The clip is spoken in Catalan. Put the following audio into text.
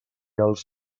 els